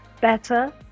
better